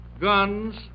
Guns